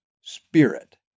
spirit